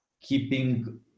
keeping